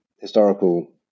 historical